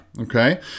okay